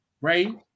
right